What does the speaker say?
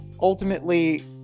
ultimately